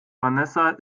vanessa